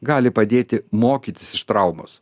gali padėti mokytis iš traumos